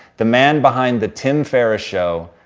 the man behind the tim ferriss show.